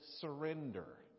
surrender